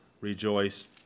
rejoice